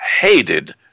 hated